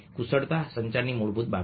કુશળતા સંચારની મૂળભૂત બાબતો